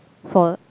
for